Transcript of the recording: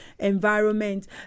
environment